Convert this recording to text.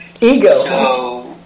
Ego